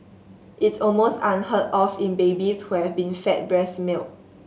it's almost unheard of in babies who have been fed breast milk